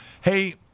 Hey